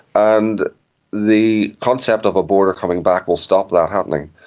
and the concept of a border coming back will stop that happening.